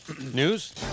News